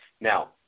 Now